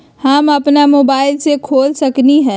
हम अपना मोबाइल से खोल सकली ह?